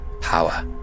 power